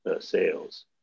sales